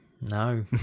No